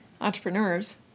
entrepreneurs